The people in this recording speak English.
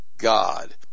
God